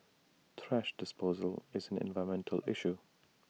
thrash disposal is an environmental issue